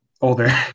older